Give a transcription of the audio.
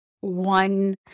one